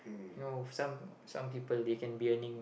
no some some people they can be earning